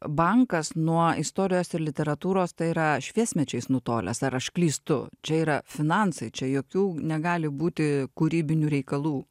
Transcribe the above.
bankas nuo istorijos ir literatūros tai yra šviesmečiais nutolęs ar aš klystu čia yra finansai čia jokių negali būti kūrybinių reikalų